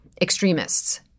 extremists